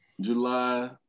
July